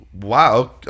Wow